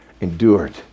endured